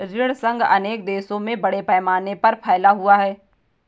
ऋण संघ अनेक देशों में बड़े पैमाने पर फैला हुआ है